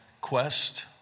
quest